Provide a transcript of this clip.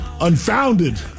unfounded